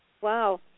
Wow